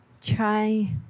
Try